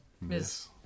Miss